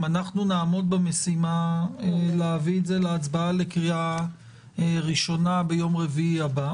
נעמוד במשימה להביא את זה להצבעה לקריאה ראשונה ביום רביעי הבא.